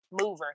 mover